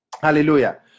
Hallelujah